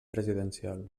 presidencial